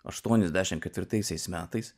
aštuoniasdešimt ketvirtaisiais metais